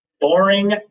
Boring